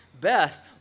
best